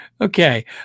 Okay